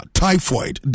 typhoid